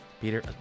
Peter